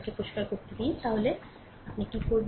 আমাকে পরিষ্কার করতে দাও তাহলে তুমি কি কর